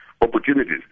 opportunities